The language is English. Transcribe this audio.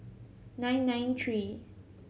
nine nine three